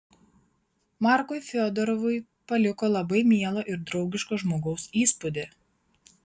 markui fiodorovui paliko labai mielo ir draugiško žmogaus įspūdį